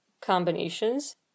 combinations